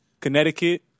Connecticut